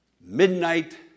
Midnight